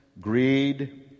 greed